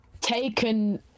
taken